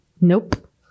nope